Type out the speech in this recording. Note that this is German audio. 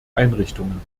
einrichtungen